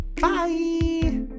Bye